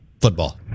football